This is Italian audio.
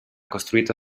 costruito